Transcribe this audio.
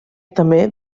també